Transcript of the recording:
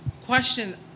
question